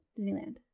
Disneyland